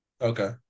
okay